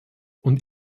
und